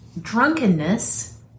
drunkenness